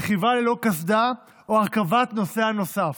רכיבה ללא קסדה או הרכבת נוסע נוסף.